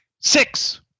six